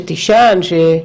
שתישן אוכל.